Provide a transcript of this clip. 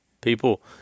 People